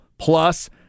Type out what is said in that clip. Plus